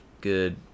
good